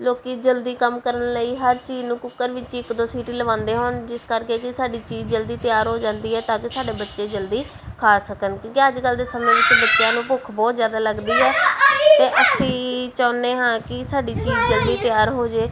ਲੋਕ ਜਲਦੀ ਕੰਮ ਕਰਨ ਲਈ ਹਰ ਚੀਜ਼ ਨੂੰ ਕੁੱਕਰ ਵਿੱਚ ਇੱਕ ਦੋ ਸੀਟੀ ਲਗਵਾਉਂਦੇ ਹਨ ਜਿਸ ਕਰਕੇ ਕਿ ਸਾਡੀ ਚੀਜ਼ ਜਲਦੀ ਤਿਆਰ ਹੋ ਜਾਂਦੀ ਹੈ ਤਾਂ ਕਿ ਸਾਡੇ ਬੱਚੇ ਜਲਦੀ ਖਾ ਸਕਣ ਕਿਉਂਕਿ ਅੱਜ ਕੱਲ ਦੇ ਸਮੇਂ ਵਿੱਚ ਬੱਚਿਆਂ ਨੂੰ ਭੁੱਖ ਬਹੁਤ ਜ਼ਿਆਦਾ ਲੱਗਦੀ ਹੈ ਅਤੇ ਅਸੀਂ ਚਾਹੁੰਦੇ ਹਾਂ ਕਿ ਸਾਡੀ ਚੀਜ਼ ਜਲਦੀ ਤਿਆਰ ਹੋ ਜੇ